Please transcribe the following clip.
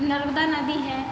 नर्मदा नदी है